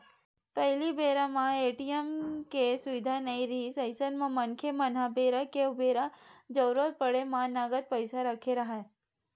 पहिली बेरा म ए.टी.एम के सुबिधा नइ रिहिस अइसन म मनखे मन ह बेरा के उबेरा जरुरत पड़े म नगद पइसा रखे राहय